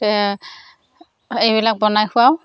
এইবিলাক বনাই খুৱাওঁ